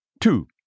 Two